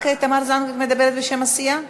רק תמר זנדברג מדברת בשם הסיעה?